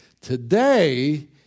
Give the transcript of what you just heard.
Today